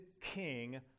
king